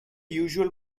usual